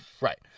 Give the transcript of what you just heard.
Right